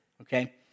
okay